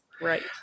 Right